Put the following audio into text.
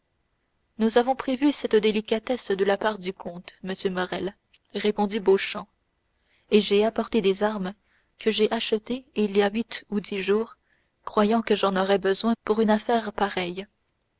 nous avons prévu cette délicatesse de la part du comte monsieur morrel répondit beauchamp et j'ai apporté des armes que j'ai achetées il y a huit ou dix jours croyant que j'en aurais besoin pour une affaire pareille